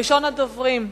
ראשון הדוברים,